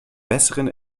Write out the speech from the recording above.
besseren